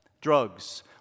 Drugs